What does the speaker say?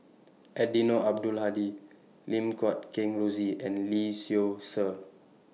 Eddino Abdul Hadi Lim Guat Kheng Rosie and Lee Seow Ser